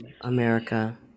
america